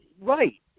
right